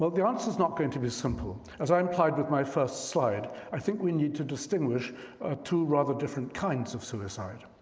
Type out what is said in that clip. but the answer is not going to be simple. as i implied with my first slide, i think we need to distinguish ah two rather different kinds of suicide.